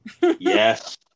yes